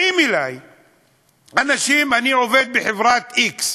באים אלי אנשים: אני עובד בחברת x,